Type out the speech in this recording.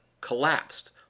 collapsed